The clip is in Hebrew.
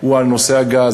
הוא על נושא הגז,